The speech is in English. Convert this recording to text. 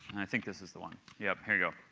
i think this is the one, yep, here you go.